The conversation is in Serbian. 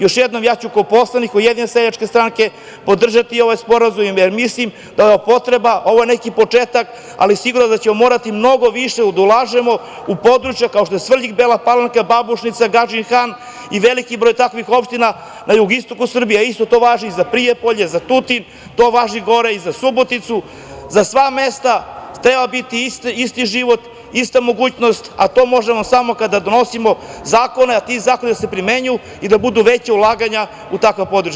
Još jednom, ja ću kao poslanik Ujedinjene seljačke stranke podržati ovaj sporazum, jer mislim da je ovo potreba, ovo je neki početak, ali sigurno da ćemo morati mnogo više da ulažemo u područja kao što je Srvljig, Bela Palanka, Babušnica, Gadžin Han i veliki broj takvih opština na jugoistoku Srbije, a isto to važi za Prijepolje, za Tutin, to važi i za Suboticu, za sva mesta treba isti život, ista mogućnost, a to možemo samo kada donosimo zakone, a ti zakoni da se primenjuju i da budu veća ulaganja u takva područja.